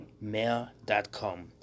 mail.com